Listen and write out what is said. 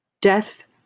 Death